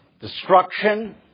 Destruction